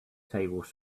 tables